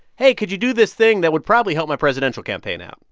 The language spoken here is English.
hey, could you do this thing that would probably help my presidential campaign out?